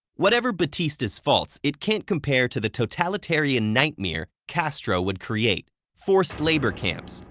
whatever batista's faults, it can't compare to the totalitarian nightmare castro would create. forced labor camps,